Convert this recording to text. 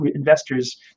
investors